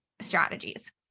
strategies